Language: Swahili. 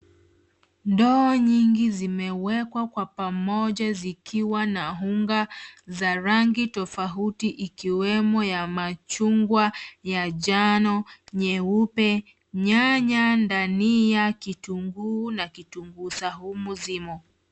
Ndoo nyingi zimewekwa kwa pamoja zikiwa na unga za rangi tofauti ikiwemo ya machungwa, ya njano, nyeupe, nyanya, dania, kitunguu na kitunguu saumu zimo.